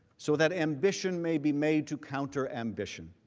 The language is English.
so that ambition may be made to counteract ambition